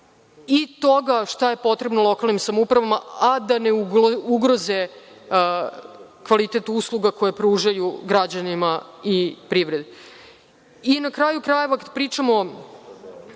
i toga šta je potrebno lokalnim samoupravama, a da ne ugroze kvalitet usluga koje pružaju građanima i privredi. Na kraju krajeva, kada pričam